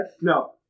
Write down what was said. No